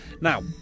Now